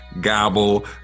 Gobble